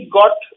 got